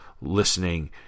listening